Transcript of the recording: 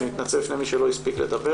אני מתנצל בפני מי שלא הספיק לדבר.